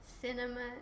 cinema